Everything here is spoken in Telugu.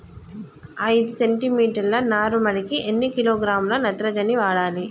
ఐదు సెంటి మీటర్ల నారుమడికి ఎన్ని కిలోగ్రాముల నత్రజని వాడాలి?